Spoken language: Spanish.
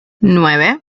nueve